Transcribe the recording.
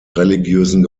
religiösen